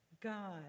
God